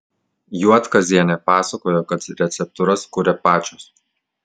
juodkazienė pasakojo kad receptūras kuria pačios